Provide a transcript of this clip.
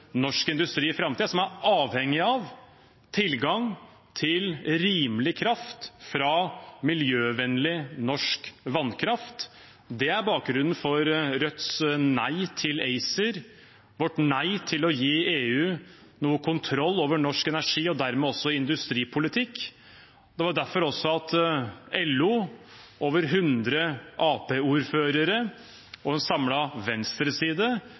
norsk industri, som er avhengig av tilgang til rimelig kraft fra miljøvennlig norsk vannkraft. Det er bakgrunnen for Rødts nei til ACER, vårt nei til å gi EU noe kontroll over norsk energi- og dermed også industripolitikk. Det var også derfor LO, over 100 arbeiderpartiordførere og en samlet venstreside